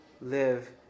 live